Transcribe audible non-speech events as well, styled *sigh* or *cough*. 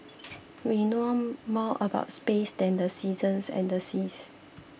we know more about space than the seasons and the seas *noise*